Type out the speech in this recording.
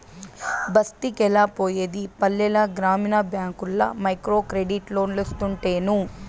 బస్తికెలా పోయేది పల్లెల గ్రామీణ బ్యాంకుల్ల మైక్రోక్రెడిట్ లోన్లోస్తుంటేను